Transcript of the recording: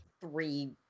three